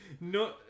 No